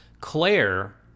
Claire